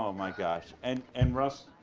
um my gosh, and and russ,